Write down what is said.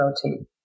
protein